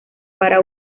para